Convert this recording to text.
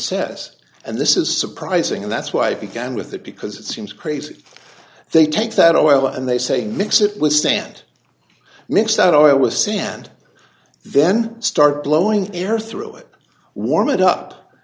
says and this is surprising that's why i began with that because it seems crazy they take that oil and they say mix it with stand mix that oil with sand then start blowing air through it warm it up